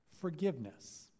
forgiveness